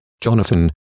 Jonathan